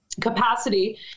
capacity